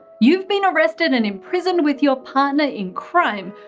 you've been arrested and imprisoned with your partner in crime.